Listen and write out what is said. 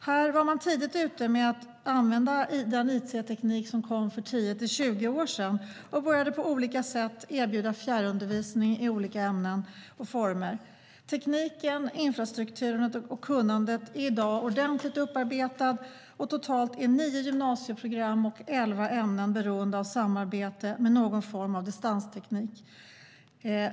Här var man tidigt ute med att använda den it-teknik som kom för 10-20 år sedan och började att på olika sätt erbjuda fjärrundervisning i olika ämnen och former. Tekniken, infrastrukturen och kunnandet är i dag ordentligt upparbetat, och totalt är nio gymnasieprogram och elva ämnen beroende av samarbete med någon form av distansteknik.